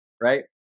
right